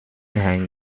hungary